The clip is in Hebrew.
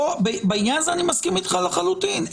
בעניין הזה אני מסכים איתך לחלוטין.